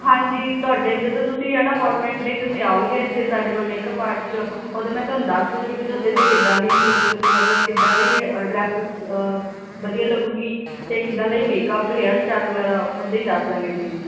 ਹਾਂਜੀ ਤੁਹਾਡੇ ਜਦੋਂ ਤੁਸੀਂ ਹੈ ਨਾ ਅਪੋਆਇੰਟਮੈਂਟ ਲਈ ਤੁਸੀਂ ਆਉਂਗੇ ਇੱਥੇ ਸਾਡੇ ਕੋਲ ਮੇਕਅਪ ਆਰਟ 'ਚ ਉਦੋਂ ਮੈਂ ਤੁਹਾਨੂੰ ਦੱਸ ਦੂੰਗੀ ਵੀ ਤੁਹਾਡੇ 'ਤੇ ਕਿੱਦਾਂ ਦੀ ਲੁੱਕ ਅਤੇ ਮਤਲਬ ਕਿੱਦਾਂ ਦੀ ਡਰੈਸ ਵਧੀਆ ਲੱਗੇਗੀ ਅਤੇ ਕਿੱਦਾਂ ਦਾ ਹੀ ਮੇਕਅਪ ਹੇਅਰ ਸਟਾਈਲ ਵਗੈਰਾ ਉੱਦਾਂ ਹੀ ਦੱਸ ਦਵਾਂਗੇ ਅਸੀਂ